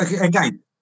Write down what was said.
again